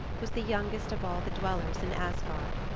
was the youngest of all the dwellers in asgard.